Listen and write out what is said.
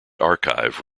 archive